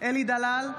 אלי דלל,